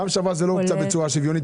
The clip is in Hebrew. פעם שעברה זה לא הוקצה בצורה שוויונית,